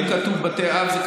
כתוב בתי אב, בפירוש מודגש פה.